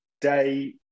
day